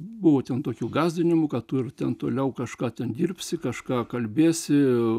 buvo ten tokių gąsdinimų kad tu ir toliau kažką ten dirbsi kažką kalbėsi